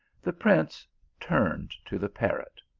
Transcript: the prince turned to the parrot.